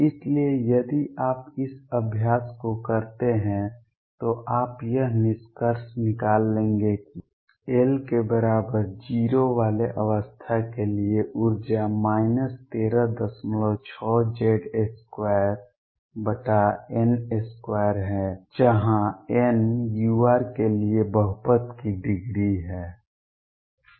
इसलिए यदि आप इस अभ्यास को करते हैं तो आप यह निष्कर्ष निकालेंगे कि l के बराबर 0 वाले अवस्था के लिए ऊर्जा 136Z2n2 है जहां n u के लिए बहुपद की डिग्री है